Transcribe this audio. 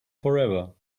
forever